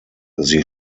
sie